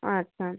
আচ্ছা